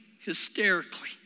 hysterically